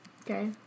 Okay